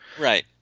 Right